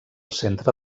centre